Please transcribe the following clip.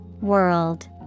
World